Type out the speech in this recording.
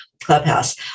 clubhouse